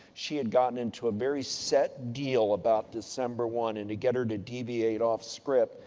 she had gotten into a very set deal about december one. and, to get her to deviate off script,